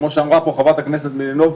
כמו שאמרה פה חברת הכנסת מלינובסקי,